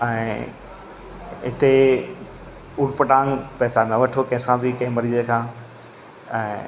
ऐं हिते उटपटांग पैसा न वठो कंहिं सां बि कंहिं मरीज खां ऐं